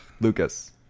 Lucas